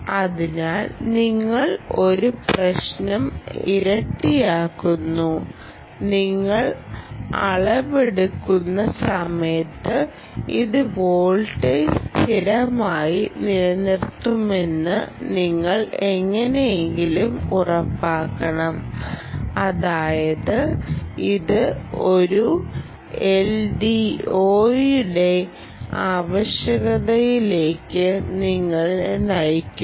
അതിനാൽ നിങ്ങൾ ഒരു പ്രശ്നം ഇരട്ടിയാക്കുന്നു നിങ്ങൾ അളവെടുക്കുന്ന സമയത്ത് ഈ വോൾട്ടേജ് സ്ഥിരമായി നിലനിർത്തുന്നുവെന്ന് നിങ്ങൾ എങ്ങനെയെങ്കിലും ഉറപ്പാക്കണം അതായത് ഇത് ഒരു എൽഡിഒയുടെ ആവശ്യകതയിലേക്ക് നിങ്ങളെ നയിക്കുന്നു